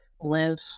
live